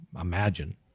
imagine